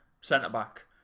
centre-back